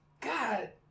God